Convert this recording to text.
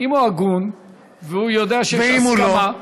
אם הוא הגון והוא יודע שיש הסכמה, ואם הוא לא?